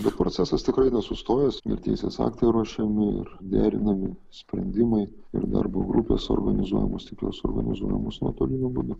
bet procesas tikrai nesustojęs ir teisės aktai ruošiami ir derinami sprendimai ir darbo grupės organizuojamos tik jos organizuojamus nuotoliniu būdu